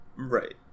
Right